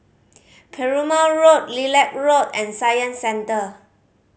Perumal Road Lilac Road and Science Centre